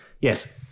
Yes